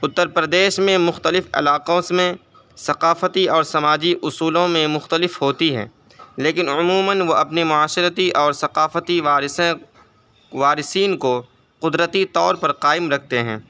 اترپردیش میں مختلف علاقوں میں ثقافتی اور سماجی اصولوں میں مختلف ہوتی ہیں لیکن عموماً وہ اپنی معاشرتی اور ثقافتی وارثین وارثین کو قدرتی طور پر قائم رکھتے ہیں